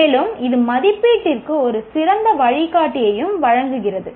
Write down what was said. மேலும் இது மதிப்பீட்டிற்கு ஒரு சிறந்த வழிகாட்டியையும் வழங்குகிறது